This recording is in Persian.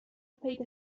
پیدا